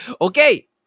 Okay